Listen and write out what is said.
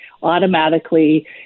automatically